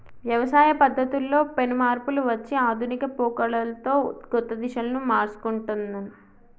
వ్యవసాయ పద్ధతుల్లో పెను మార్పులు వచ్చి ఆధునిక పోకడలతో కొత్త దిశలను మర్సుకుంటొన్ది